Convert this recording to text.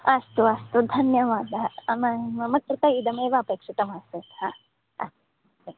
अस्तु अस्तु धन्यवादः मम कृते इदमेव अपेक्षितमासीत् हा अस्तु